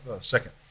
second